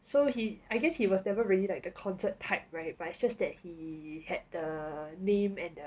so he I guess he was never really like the concert type [right] but it's just that he had the name and the